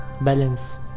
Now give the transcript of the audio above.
balance